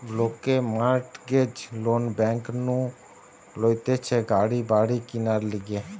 লোকে mortgage loan bank নু লইতেছে গাড়ি বাড়ি কিনার লিগে